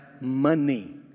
money